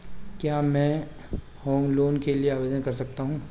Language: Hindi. क्या मैं होम लोंन के लिए आवेदन कर सकता हूं?